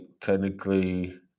technically